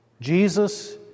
Jesus